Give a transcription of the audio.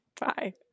Bye